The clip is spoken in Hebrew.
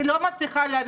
אני לא מצליחה להבין,